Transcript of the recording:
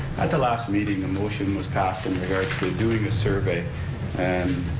at the last meeting, a motion was passed in regards to doing a survey and,